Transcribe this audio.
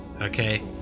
okay